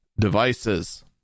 devices